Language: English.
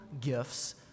gifts